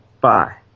Bye